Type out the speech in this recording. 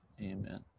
Amen